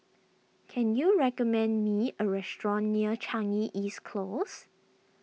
can you recommend me a restaurant near Changi East Close